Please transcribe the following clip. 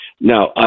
Now